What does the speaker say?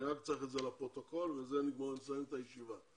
אני רק צריך את זה לפרוטוקול ובזה נסיים את הישיבה.